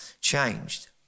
changed